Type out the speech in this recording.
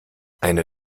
eine